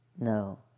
No